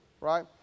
Right